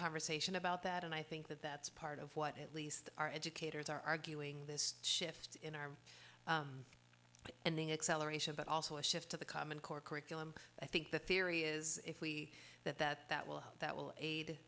conversation about that and i think that that's part of what at least our educators are arguing this shift in our ending acceleration but also a shift to the common core curriculum i think the theory is if we that that that will that will aid